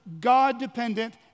God-dependent